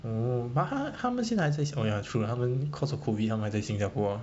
oh but 他们现在还在 oh ya true 他们 cause of COVID 他们还在新加坡